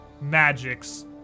magics